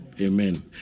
Amen